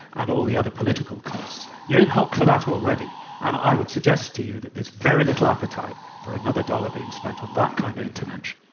and all the other political costs. you're in hock for that already. and i would suggest to you that there's very little appetite for another dollar being spent on that kind of intervention.